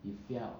it felt